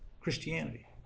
Christianity